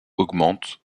augmente